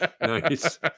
Nice